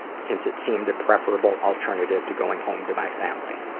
since it seemed a preferable alternative to going home to my family.